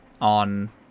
on